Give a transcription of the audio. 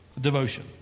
devotion